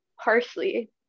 parsley